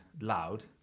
loud